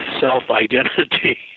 self-identity